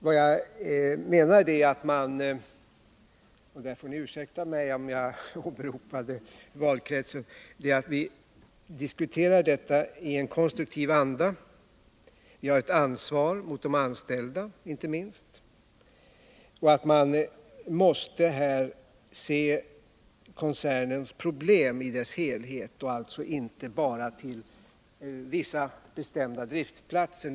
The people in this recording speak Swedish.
Vad jag menar är att man — där får ni ursäkta om jag åberopade valkretsen — bör diskutera detta i en konstruktiv anda. Vi har ett ansvar inte minst mot de anställda, och vi måste här se till problemen för koncernen i dess helhet — inte bara till vissa bestämda driftplatser.